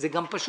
זה גם פשוט.